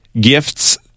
gifts